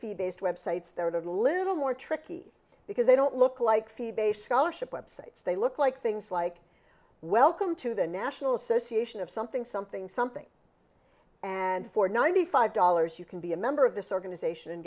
fee based websites there are little more tricky because they don't look like fee based scholarship websites they look like things like welcome to the national association of something something something and for ninety five dollars you can be a member of this organization and